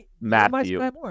Matthew